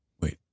Wait